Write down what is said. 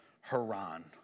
Haran